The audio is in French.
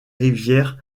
rivières